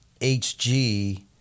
HG